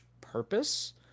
purpose